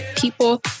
people